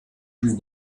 two